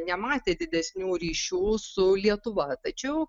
nematė didesnių ryšių su lietuva tačiau